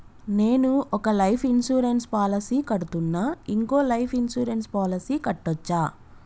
నేను ఒక life insurance policy కడ్తున్నా, ఇంకో లైఫ్ ఇన్సూరెన్స్ పాలసీ కట్టొచ్చా?